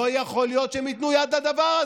לא יכול להיות שהם ייתנו יד לדבר הזה.